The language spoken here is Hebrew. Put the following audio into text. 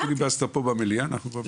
אחרי הפיליבסטר פה במליאה אנחנו כבר ביולי.